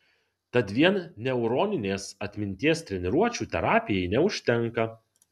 tad vien neuroninės atminties treniruočių terapijai neužtenka